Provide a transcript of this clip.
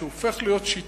כשהוא הופך להיות שיטה,